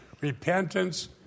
Repentance